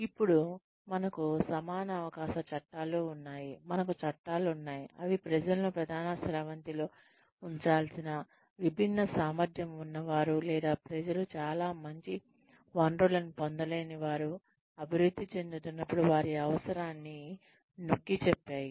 ఇప్పుడు మనకు సమాన అవకాశ చట్టాలు ఉన్నాయి మనకు చట్టాలు ఉన్నాయి అవి ప్రజలను ప్రధాన స్రవంతి లో ఉంచాల్సిన విభిన్న సామర్థ్యం ఉన్నవారు లేదా ప్రజలు చాలా మంచి వనరులను పొందలేని వారు అభివృద్ధి చెందుతున్నప్పుడు వారి అవసరాన్ని నొక్కిచెప్పాయి